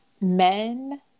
men